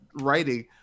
writing